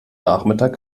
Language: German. nachmittag